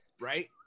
right